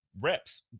reps